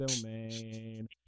domain